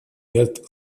ряд